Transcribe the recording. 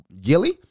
Gilly